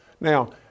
Now